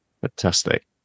Fantastic